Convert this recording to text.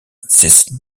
these